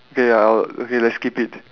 okay I'll okay let's skip it